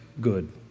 good